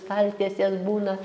staltiesės būna